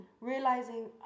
Realizing